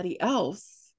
else